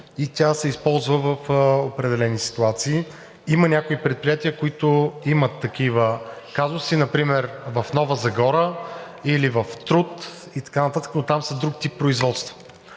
и тя се използва в определени ситуации. Има някои предприятия, които имат такива казуси, например в Нова Загора или в село Труд и така нататък, но там са друг тип производства.